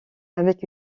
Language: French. avec